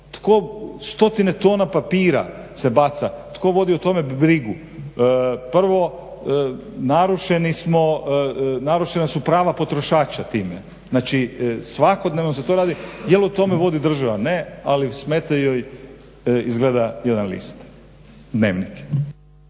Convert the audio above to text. Tko, stotine tona papira se baca. Tko vodi o tome brigu? Prvo, narušeni smo, narušena su prava potrošača time. Znači svakodnevno se to radi. Je li o tome vodi država? Ne. Ali smeta joj izgleda jedan list dnevnik.